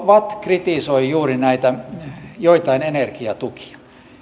vatt kritisoi juuri näitä joitain energiatukia